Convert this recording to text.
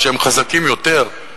כשהם חזקים יותר,